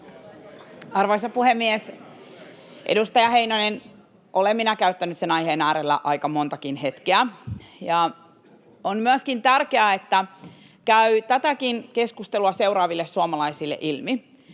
Arvoisa puhemies! Edustaja Heinonen, olen minä käyttänyt sen aiheen äärellä aika montakin hetkeä. On myöskin tärkeää, että käy tätäkin keskustelua seuraaville suomalaisille ilmi,